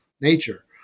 nature